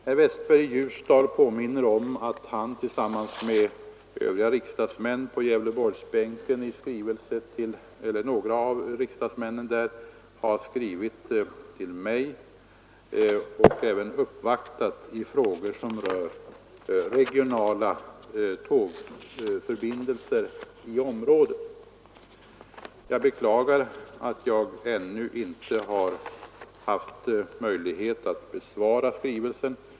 Herr Westberg i Ljusdal påminner om att han tillsammans med några riksdagsmän på Gävleborgsbänken har skrivit till mig — och även uppvaktat mig — i frågor som rör regionala tågförbindelser i området. Jag beklagar att jag ännu inte har haft möjlighet att besvara skrivelsen.